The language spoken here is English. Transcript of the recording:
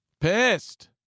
Pissed